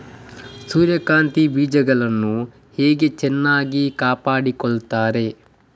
ಸೂರ್ಯಕಾಂತಿ ಬೀಜಗಳನ್ನು ಹೇಗೆ ಚೆನ್ನಾಗಿ ಕಾಪಾಡಿಕೊಳ್ತಾರೆ?